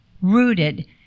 rooted